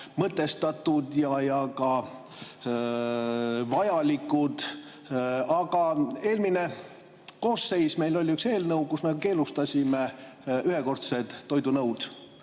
mõtestatud ja vajalikud. Aga eelmine koosseis meil oli üks eelnõu, kus me keelustasime ühekordsed toidunõud.